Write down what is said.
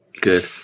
Good